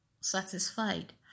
satisfied